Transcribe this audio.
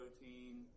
protein